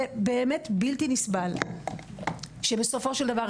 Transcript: זה באמת בלתי נסבל שבסופו של דבר,